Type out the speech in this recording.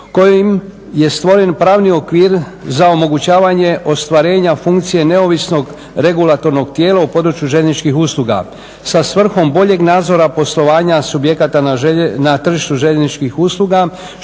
kojim je stvoren pravni okvir za omogućavanje ostvarenja funkcije neovisnog regulatornog tijela u području željezničkih usluga sa svrhom boljeg nadzora poslovanja subjekata na tržištu željezničkih usluga